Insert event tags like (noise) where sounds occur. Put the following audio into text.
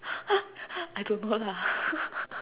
(laughs) I don't know lah (laughs)